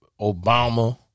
Obama